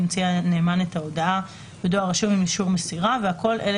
ימציא הנאמן את ההודעה בדואר רשום עם אישור מסירה והכול אלא